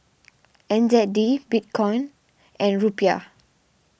N Z D Bitcoin and Rupiah